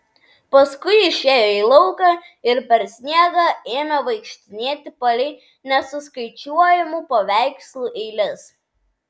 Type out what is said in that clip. paskui išėjo į lauką ir per sniegą ėmė vaikštinėti palei nesuskaičiuojamų paveikslų eiles